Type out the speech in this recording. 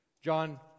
John